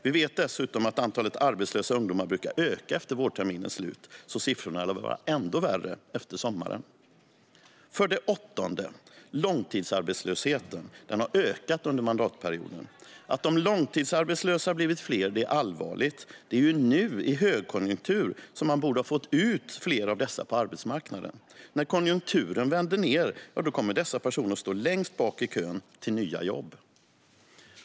Vi vet dessutom att antalet arbetslösa ungdomar brukar öka efter vårterminens slut, så siffrorna lär vara ännu värre efter sommaren. För det åttonde: Långtidsarbetslösheten har ökat under mandatperioden. Att de långtidsarbetslösa blivit fler är allvarligt. Det är nu, i högkonjunktur, man borde ha fått ut fler av dessa på arbetsmarknaden. När konjunkturen vänder kommer dessa personer att stå längst bak i kön till nya jobb.